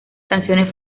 canciones